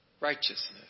righteousness